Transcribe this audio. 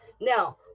now